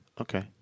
Okay